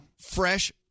fresh